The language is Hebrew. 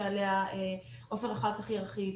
שעליה עופר אחר כך ירחיב.